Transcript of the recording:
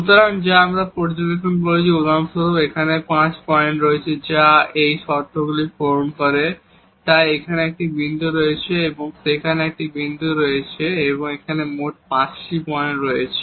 সুতরাং যা আমরা পর্যবেক্ষণ করেছি উদাহরণস্বরূপ এখানে 5 পয়েন্ট রয়েছে যা এই শর্তগুলি পূরণ করে তাই এখানে একটি বিন্দু আছে এবং সেখানে একটি বিন্দু আছে এবং এখানে মোট 5 পয়েন্ট রয়েছে